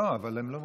לא נותנים לנו לדבר.